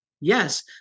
yes